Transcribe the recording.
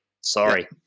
Sorry